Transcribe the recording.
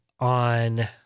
On